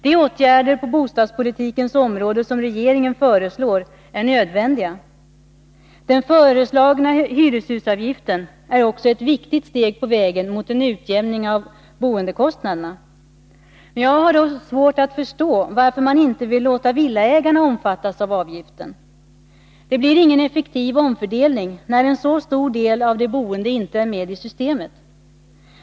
De åtgärder på bostadspolitikens område som regeringen föreslår är helt nödvändiga. Den föreslagna hyreshusavgiften är också ett viktigt steg på vägen mot en utjämning av boendekostnaderna. Jag har dock svårt att förstå varför man inte vill låta villaägarna omfattas av avgiften. Det blir ingen effektiv omfördelning när en så stor del av de boende inte är med i systemet.